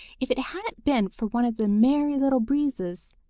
if it hadn't been for one of the merry little breezes,